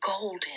golden